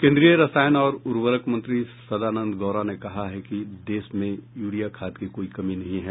केन्द्रीय रसायन और उर्वरक मंत्री सदानंद गौड़ा ने कहा है कि देश में यूरिया खाद की कोई कमी नहीं है